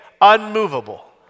Unmovable